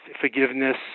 forgiveness